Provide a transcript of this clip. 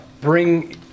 bring